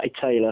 Taylor